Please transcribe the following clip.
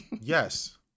Yes